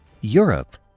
Europe